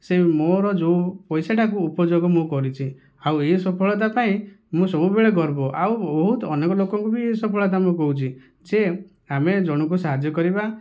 ସେଇ ମୋ'ର ଯେଉଁ ପଇସାଟାକୁ ଉପଯୋଗ ମୁଁ କରିଛି ଆଉ ଏ ସଫଳତା ପାଇଁ ମୁଁ ସବୁବେଳେ ଗର୍ବ ଆଉ ବହୁତ ଅନେକ ଲୋକଙ୍କୁ ବି ଏ ସଫଳତା ମୁଁ କହୁଛି ସେ ଆମେ ଜଣଙ୍କୁ ସାହାଯ୍ୟ କରିବା